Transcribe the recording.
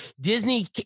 Disney